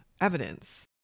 evidence